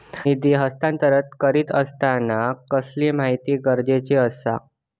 निधी हस्तांतरण करीत आसताना कसली माहिती गरजेची आसा?